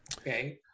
Okay